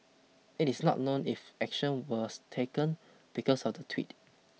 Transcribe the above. it is not known if action was taken because of the tweet